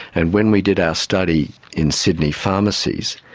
and when we did our study in sydney pharmacies,